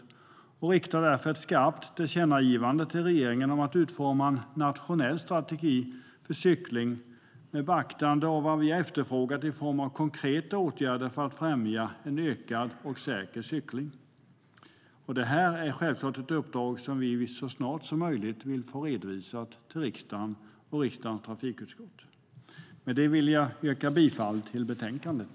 Utskottet riktar därför ett skarpt tillkännagivande till regeringen om att utforma en nationell strategi för cykling med beaktande av vad vi efterfrågat i form av konkreta åtgärder för att främja en ökad och säker cykling. Detta är självklart ett uppdrag som vi så snart som möjligt vill få redovisat till riksdagens trafikutskott. Jag yrkar bifall till förslaget i betänkandet.